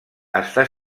està